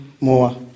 more